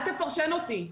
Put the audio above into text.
אל תפרשן אותי.